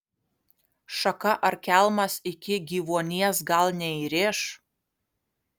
šaka ar kelmas iki gyvuonies gal neįrėš